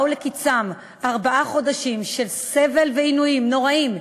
באו לקצם ארבעה חודשים של סבל ועינויים נוראיים,